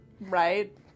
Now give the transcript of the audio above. right